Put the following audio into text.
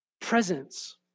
Presence